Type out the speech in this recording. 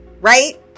right